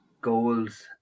Goals